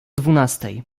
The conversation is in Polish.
dwunastej